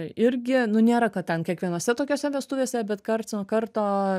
irgi nu nėra kad ten kiekvienose tokiose vestuvėse bet karts nuo karto